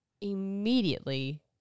immediately